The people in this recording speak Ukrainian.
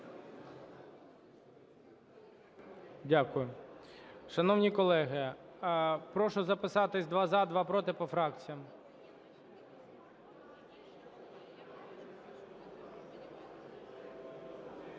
Дякую. Шановні колеги, прошу записатись: два – за, два – проти по фракціях.